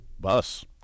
Bus